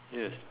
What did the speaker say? yes